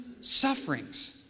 sufferings